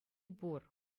пур